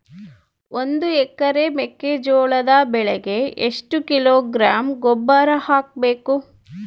ಒಂದು ಎಕರೆ ಮೆಕ್ಕೆಜೋಳದ ಬೆಳೆಗೆ ಎಷ್ಟು ಕಿಲೋಗ್ರಾಂ ಗೊಬ್ಬರ ಹಾಕಬೇಕು?